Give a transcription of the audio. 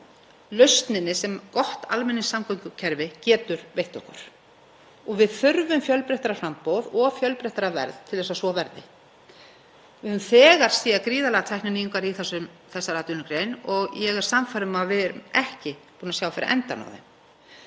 lausninni sem gott almenningssamgöngukerfi getur veitt okkur. Við þurfum fjölbreyttara framboð og fjölbreyttara verð til að svo verði. Við höfum þegar séð gríðarlegar tækninýjungar í þessari atvinnugrein og ég er sannfærð um að við erum ekki búin að sjá fyrir endann á þeim.